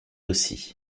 aussi